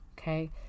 Okay